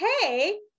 hey